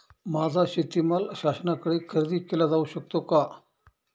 माझा शेतीमाल शासनाकडे खरेदी केला जाऊ शकतो का?